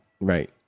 Right